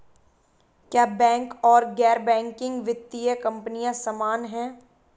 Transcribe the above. क्या बैंक और गैर बैंकिंग वित्तीय कंपनियां समान हैं?